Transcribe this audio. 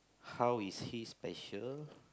how is he special